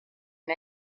and